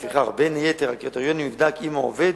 לפיכך, בין יתר הקריטריונים נבדק אם הוא עובד